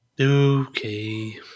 Okay